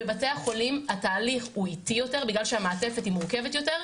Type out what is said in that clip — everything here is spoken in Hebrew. בבתי החולים התהליך הוא איטי יותר בגלל שהמעטפת היא מורכבת יותר.